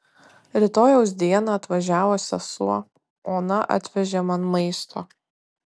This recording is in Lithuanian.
rytojaus dieną atvažiavo sesuo ona atvežė man maisto